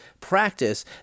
practice